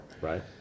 Right